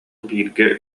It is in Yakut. бииргэ